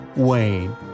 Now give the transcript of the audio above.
Wayne